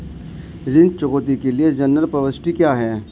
ऋण चुकौती के लिए जनरल प्रविष्टि क्या है?